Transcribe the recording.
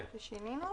פה שינינו.